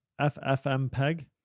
FFMPEG